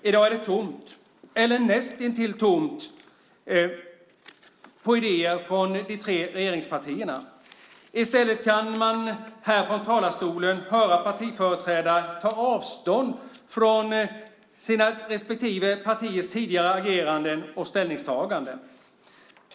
I dag är det tomt, eller näst intill tomt, på idéer från de tre regeringspartierna. I stället kan man här från talarstolen höra partiföreträdare ta avstånd från sina respektive partiers tidigare ageranden och ställningstaganden.